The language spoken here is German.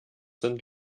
sind